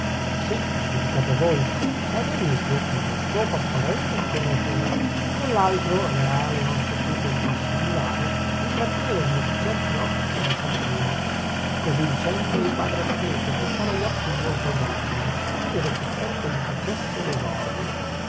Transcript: sì giudicatene voi è venuto con lo scopo apparente di conoscermi e con l'altro reale e non saputo dissimulare d'intrattenermi su certi ospiti di san bruno così dicendo il padre anacleto fissava gli occhi in volto al monachino per vedere che effetto gli facesse l'esordio